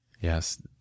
yes